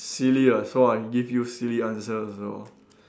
silly ah so I give you silly answers as well